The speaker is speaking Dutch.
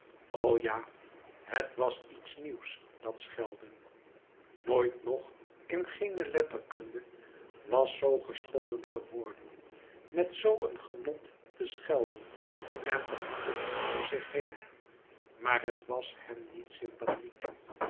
ja het was iets nieuws dat schelden nooit nog in geene letterkunde was zoo gescholden geworden met zoo een genot te schelden en te hakken om zich heen maar het was hèm niet sympathiek